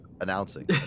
announcing